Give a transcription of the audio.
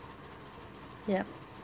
yup